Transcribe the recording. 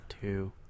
Two